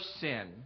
sin